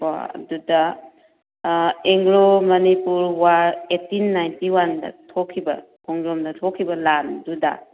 ꯀꯣ ꯑꯗꯨꯗ Anglo Manipur war eighteen ninety ꯋꯥꯟꯗ ꯊꯣꯛꯈꯤꯕ ꯈꯣꯡꯖꯣꯝꯗ ꯊꯣꯛꯈꯤꯕ ꯂꯥꯟꯗꯨꯗ